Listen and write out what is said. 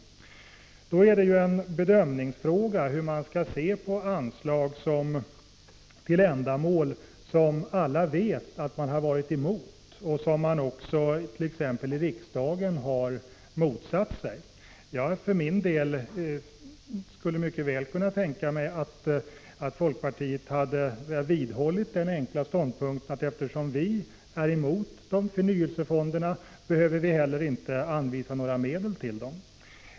Då är det en bedömningsfråga hur man skall se på anslag till ändamål som alla vet att man har varit emot och som man även t.ex. i riksdagen har motsatt sig. Jag skulle för min del mycket väl kunna tänka mig att folkpartiet hade vidhållit den enkla ståndpunkten, att eftersom folkpartiet är emot förnyelsefonderna behöver man inte heller anvisa några medel till dem.